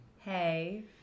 Hey